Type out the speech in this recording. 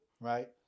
Right